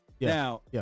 Now